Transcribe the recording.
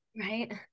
Right